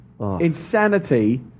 insanity